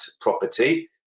property